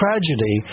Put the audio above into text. Tragedy